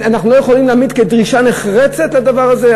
אנחנו לא יכולים להעמיד כדרישה נחרצת את הדבר הזה?